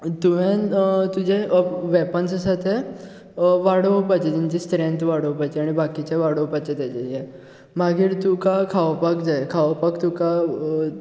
तुवेंन तुजें वॅपन्स आसात ते वाडोवपाचे तेंची स्त्रँत वाडोवपाची आनी बाकिचें वाडोवपाचें तेजें जें मागीर तुका खावपाक जाय खावपाक तुका